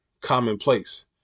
commonplace